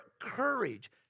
Courage